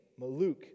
Maluk